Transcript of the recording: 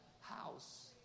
house